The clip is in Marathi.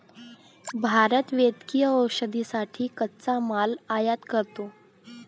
भारत वैद्यकीय औषधांसाठी कच्चा माल आयात करतो